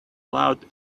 loud